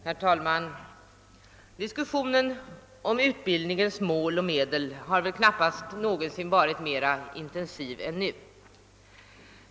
Herr talman! Diskussionen om utbildningens mål och medel torde knappast någonsin ha varit mera intensiv än nu.